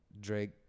Drake